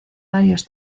varios